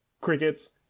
Crickets